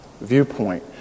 viewpoint